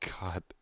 God